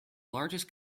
largest